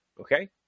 Okay